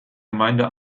gemeinde